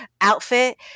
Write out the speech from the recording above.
outfit